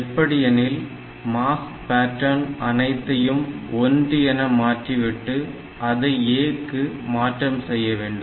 எப்படி எனில் mask pattern அனைத்தையும் 1 என மாற்றி விட்டு அதை A க்கு மாற்றம் செய்ய வேண்டும்